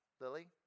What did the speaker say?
Lily